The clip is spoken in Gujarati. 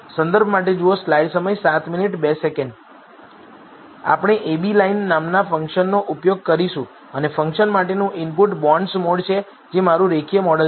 આપણે ab લાઇન નામના ફંકશનનો ઉપયોગ કરીશું અને ફંકશન માટેનું ઇનપુટ બોન્ડસ્મોડ છે જે મારું રેખીય મોડેલ છે